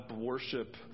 worship